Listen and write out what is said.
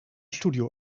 studio